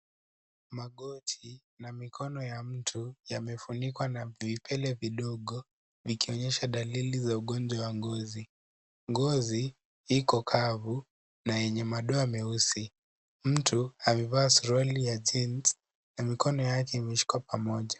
Magoti na mikono ya mtu yamefunikwa na vipele vidogo vikionyesha dalili za ugonjwa wa ngozi. Ngozi iko kavu na yenye madoa meusi. Mtu amevaa suruali ya jeans na mikono yake imeshikwa pamoja.